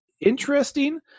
interesting